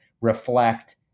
reflect